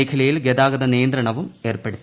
മേഖലയിൽ ഗതാഗത നിയന്ത്രണവും ഏർപ്പെടുത്തി